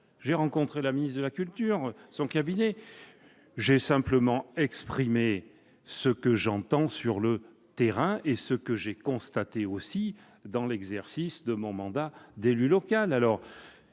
j'ai rencontré la ministre de la culture et son cabinet, j'ai simplement exprimé ce que j'entends sur le terrain et ce que j'ai constaté dans l'exercice de mon mandat d'élu local.